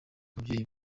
ababyeyi